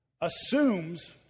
assumes